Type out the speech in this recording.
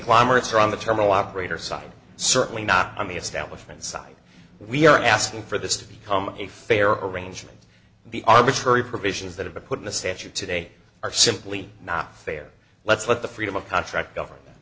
es around the terminal operator side certainly not on the establishment side we are asking for this to become a fair arrangement the arbitrary provisions that have to put in the statute today are simply not fair let's let the freedom of contract govern